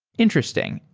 interesting.